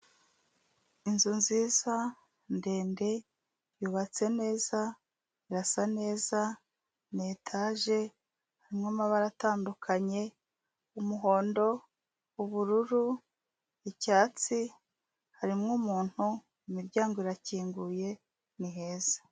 Inzu nziza ndende yubatse neza, irasa neza, ni etaje, harimo amabara atandukanye, umuhondo, ubururu, icyatsi harimo umuntu, imiryango irakinguye, ni heza.